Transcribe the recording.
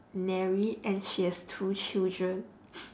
married and she has two children